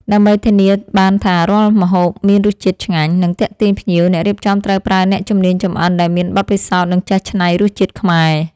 ដើម្បីធានាបានថារាល់ម្ហូបមានរសជាតិឆ្ងាញ់ និងទាក់ទាញភ្ញៀវ អ្នករៀបចំត្រូវប្រើអ្នកជំនាញចម្អិនដែលមានបទពិសោធន៍ និងចេះច្នៃរសជាតិខ្មែរ។